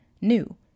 new